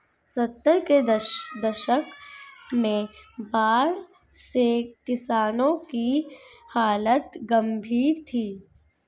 सत्तर के दशक में बाढ़ से किसानों की हालत गंभीर थी